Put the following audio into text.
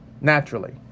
naturally